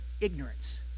ignorance